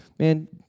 Man